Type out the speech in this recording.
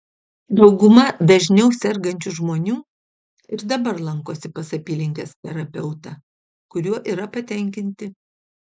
dauguma dažniau sergančių žmonių ir dabar lankosi pas apylinkės terapeutą kuriuo yra patenkinti